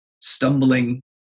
stumbling